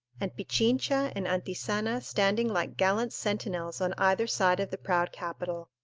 and pichincha and antisana standing like gallant sentinels on either side of the proud capital.